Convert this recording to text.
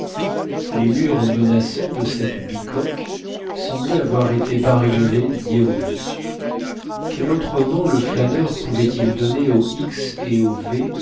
les murs menaçants de cette bicoque semblaient avoir été bariolés d'hiéroglyphes quel autre nom le flâneur pouvait-il donner aux x et